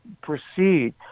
proceed